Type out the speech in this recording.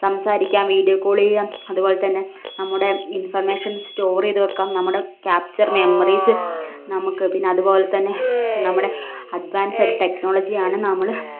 സംസാരിക്കാം video call ചെയ്യാം അതുപോലെത്തന്നെ നമ്മുടെ ഇൻഫർമേഷൻ സ്റ്റോറ് ചെയ്തു വയ്ക്കാം നമ്മുടെ കാപ്ചർ മെമ്മറീസ് നമുക്ക് പിെന്ന അതുപോലെത്തന്നെ നമ്മുടെ അഡ്വാൻസ് ടെക്നോളജിയാണ് നമ്മൾ